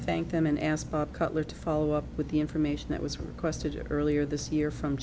thank them and ask cutler to follow up with the information that was requested you earlier this year from